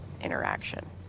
interaction